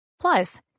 Plus